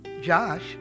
Josh